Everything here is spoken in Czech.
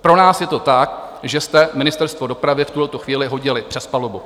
Pro nás je to tak, že jste Ministerstvo dopravy v tuhle chvíli hodili přes palubu.